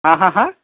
হা হা হা